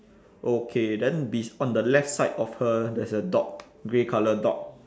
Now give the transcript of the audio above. okay then be~ on the left side of her there's a dog grey colour dog